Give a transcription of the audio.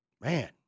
man